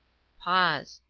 pause.